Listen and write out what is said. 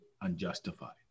unjustified